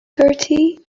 bertie